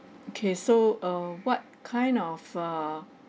okay so uh what kind of err